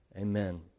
Amen